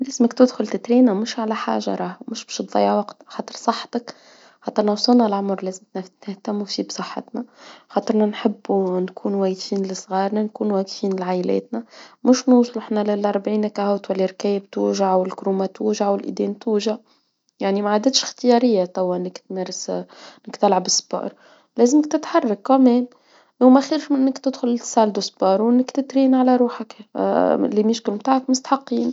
يلزمك تدخل تترينا مش على حاجة راه مش باش تضيع وقت, خاطر صحتك, خاطرنا وصلنا لعمر لازمنا نهتموا فيه بصحتنا خاطرنا نحبوا نكونوا واقفين لصغارنا واقفين لعايلاتنا مش نوصلوا إحنا للأربعين أكاهو تولي ركايب توجع والكرومه توجع والإيدين توجع يعني ما عادتش اختيارية توا كي تمارس أو كي تلعب رياضة لازمك تتحرك رغم كل شيء وماخيرش من إنك تدخل قاعة رياضة وتترينا على روحك الي عضلاتك مستحقين.